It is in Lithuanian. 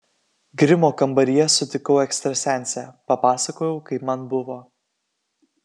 grimo kambaryje sutikau ekstrasensę papasakojau kaip man buvo